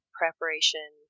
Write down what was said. preparation